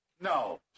No